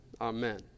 Amen